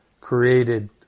created